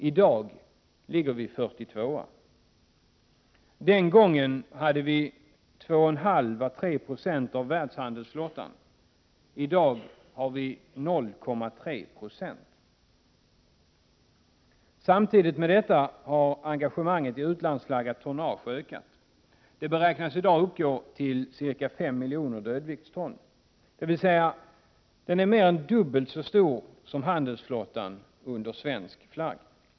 I dag ligger vi på 42:a plats. Den gången hade vi 2,5 å 3 20 av världshandelsflottan. I dag har vi 0,3 96. Samtidigt härmed har engagemanget i utlandsflaggat tonnage ökat. Det beräknas i dag uppgå till 5 miljoner dödviktston. Det är med andra ord mer än dubbelt så stort som handelsflottan under svensk flagg.